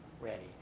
ready